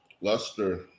luster